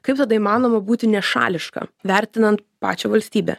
kaip tada įmanoma būti nešališka vertinant pačią valstybę